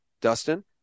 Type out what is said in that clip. Dustin